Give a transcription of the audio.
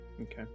Okay